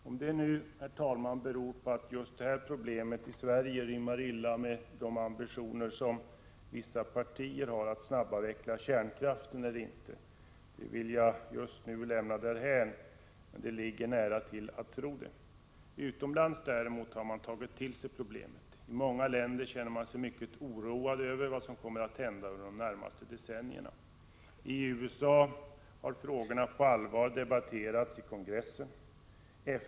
Om det nu, herr talman, beror på att just detta problem i Sverige rimmar illa med de ambitioner som vissa partier har att snabbavveckla kärnkraften eller inte vill jag just nu lämna därhän, men det ligger nära till att tro det. Utomlands har man däremot tagit till sig problemet. I många länder känner man sig mycket oroad över vad som kommer att hända under de närmaste decennierna. I USA har frågorna debatterats på allvar i kongressen.